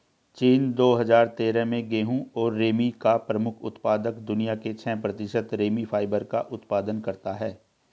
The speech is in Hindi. चीन, दो हजार तेरह में गेहूं और रेमी का प्रमुख उत्पादक, दुनिया के छह प्रतिशत रेमी फाइबर का उत्पादन करता है